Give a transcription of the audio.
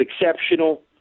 exceptional